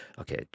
okay